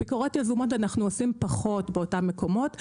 ביקורות יזומות אנחנו עושים פחות באותם מקומות.